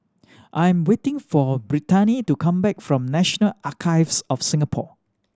I am waiting for Brittani to come back from National Archives of Singapore